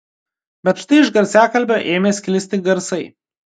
bet štai iš garsiakalbio ėmė sklisti garsai